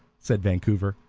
said vancouver,